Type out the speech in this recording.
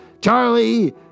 Charlie